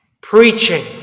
Preaching